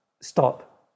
stop